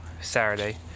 Saturday